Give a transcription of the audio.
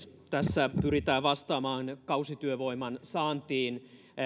tässä pyritään vastaamaan kausityövoiman saantiin